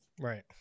right